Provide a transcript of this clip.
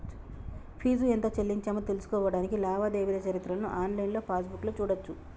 fee ఎంత చెల్లించామో తెలుసుకోడానికి లావాదేవీల చరిత్రను ఆన్లైన్ పాస్బుక్లో చూడచ్చు